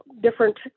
different